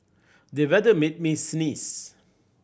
the weather made me sneeze